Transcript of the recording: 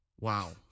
wow